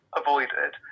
avoided